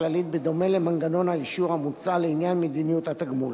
הכללית בדומה למנגנון האישור המוצע לעניין מדיניות התגמול.